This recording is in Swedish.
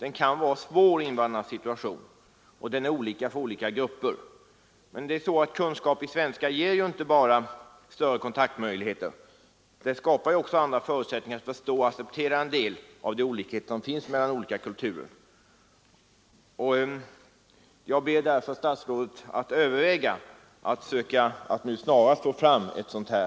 Invandrarnas situation kan vara svår, och den är olika för olika grupper. Men kunskaper i svenska ger inte bara kontaktmöjligheter. De ger också möjligheter att förstå och acceptera en del av de olikheter som finns mellan olika kulturer.